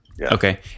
Okay